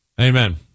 Amen